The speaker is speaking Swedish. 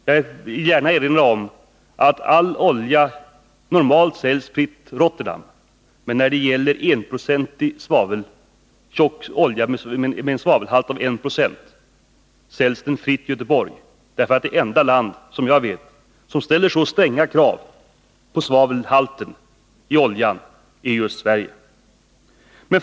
Jag vill gärna erinra om att all olja normalt säljs fritt Rotterdam, men när det gäller tjockolja med en svavelhalt av 1 92 säljs den fritt Göteborg, därför att det enda land som, såvitt jag vet, ställer så stränga krav på svavelhalten i oljan är just Sverige.